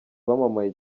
wamamaye